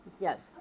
Yes